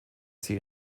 sie